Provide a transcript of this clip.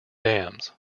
dams